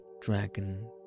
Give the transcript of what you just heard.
dragon